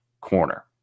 corner